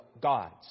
gods